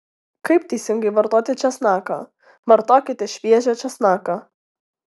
kaip teisingai vartoti česnaką vartokite šviežią česnaką